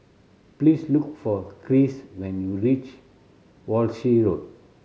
please look for Krish when you reach Walshe Road